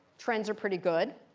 trends are pretty good.